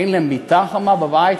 אין להם מיטה חמה בבית,